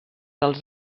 als